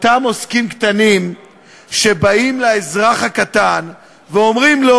אותם עוסקים קטנים שבאים לאזרח הקטן ואומרים לו: